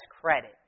credit